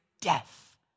death